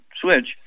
switch